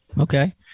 Okay